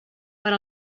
per